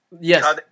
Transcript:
yes